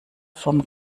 vom